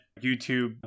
YouTube